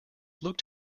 looked